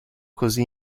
così